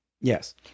Yes